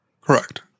Correct